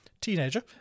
teenager